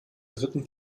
dritten